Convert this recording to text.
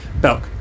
Belk